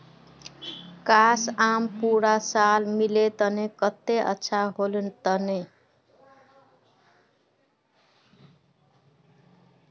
काश, आम पूरा साल मिल तने कत्ते अच्छा होल तने